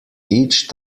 each